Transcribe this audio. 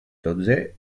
dotze